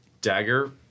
Dagger